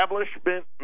establishment